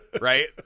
right